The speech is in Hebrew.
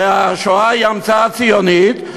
והשואה היא המצאה ציונית.